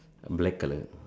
black colour